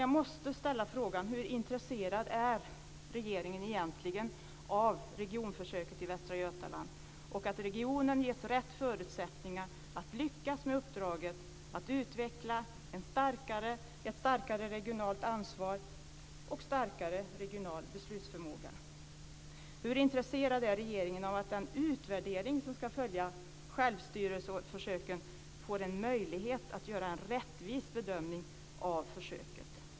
Jag måste ställa frågan: Hur intresserad är regeringen egentligen av regionförsöket i Västra Götaland och av att regionen ges rätt förutsättningar att lyckas med uppdraget att utveckla ett starkare regionalt ansvar och starkare regional beslutsförmåga? Hur intresserad är regeringen av att den utvärdering som ska följa självstyrelseförsöket får förutsättningar för en rättvis bedömning av försöket?